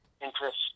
interest